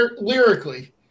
Lyrically